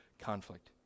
conflict